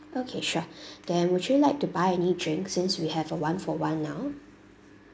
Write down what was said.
okay sure then would you like to buy any drinks since we have a one-for-one now